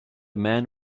man